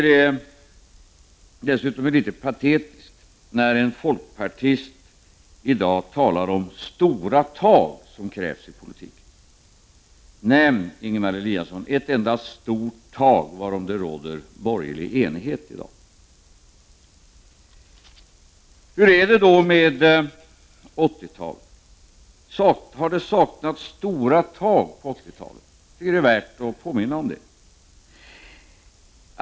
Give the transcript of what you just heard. Det är också litet patetiskt när en folkpartist i dag talar om att det krävs stora tal i politiken. Nämn, Ingemar Eliasson, ett enda stort tal varom det råder borgerlig enighet i dag! Hur förhåller det sig då med 80-talet? Har det saknats stora tal? Jag tycker att det är värt att ta upp den här saken.